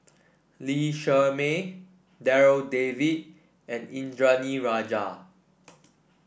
Lee Shermay Darryl David and Indranee Rajah